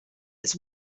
its